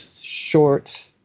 short